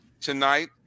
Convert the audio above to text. tonight